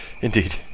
Indeed